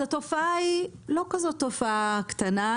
התופעה לא כזאת תופעה קטנה,